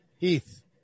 Heath